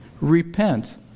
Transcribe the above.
Repent